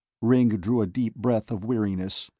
ringg drew a deep breath of weariness.